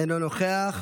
אינו נוכח.